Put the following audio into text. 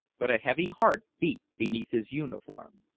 but a heavy heart beat beneath his uniform.